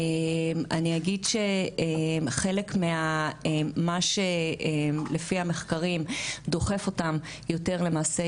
אני אגיד שמה שלפי המחקרים דוחף אותם יותר למעשי